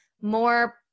more